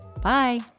Bye